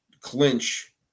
clinch